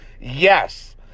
Yes